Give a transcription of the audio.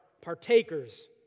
partakers